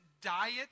diet